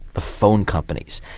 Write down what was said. the phone companies.